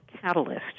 catalyst